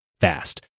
fast